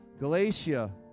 Galatia